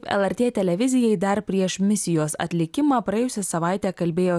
lrt televizijai dar prieš misijos atlikimą praėjusią savaitę kalbėjo